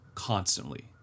constantly